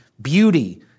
beauty